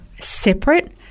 separate